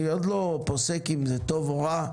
אני עוד לא פוסק אם זה טוב או רע,